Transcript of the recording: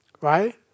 right